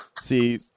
See